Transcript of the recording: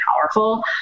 powerful